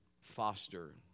foster